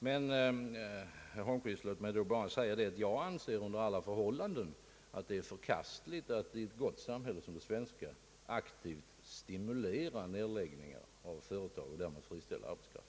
Herr Holmqvist, låt mig endast säga att jag anser att det under alla förhållanden är förkastligt att i ett gott samhället som det svenska aktivt stimulera nedläggning av företag och därmed friställa arbetskraft.